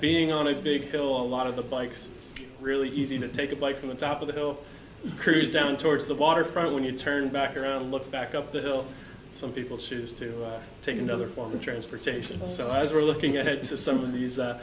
being on a big hill a lot of the bikes it's really easy to take a bite from the top of the hill cruise down towards the waterfront when you turn back around look back up the hill some people choose to take another form of transportation so as we're looking ahead to some of these